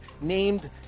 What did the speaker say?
Named